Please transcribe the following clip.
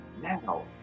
Now